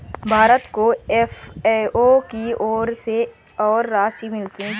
भारत को एफ.ए.ओ की ओर से और राशि मिलनी चाहिए